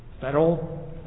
Federal